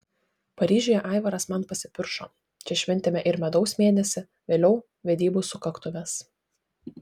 paryžiuje aivaras man pasipiršo čia šventėme ir medaus mėnesį vėliau vedybų sukaktuves